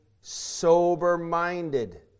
sober-minded